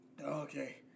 Okay